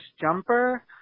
jumper